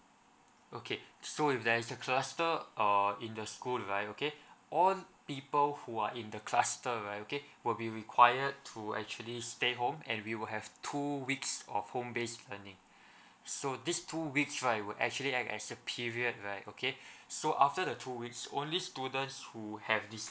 okay so if there is a cluster or in the school right okay all people who are in the cluster right will be required to actually stay home and we will have two weeks of home based learning so these two weeks right will actually act as a period right okay so after the two weeks only students who have